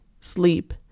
Sleep